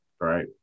right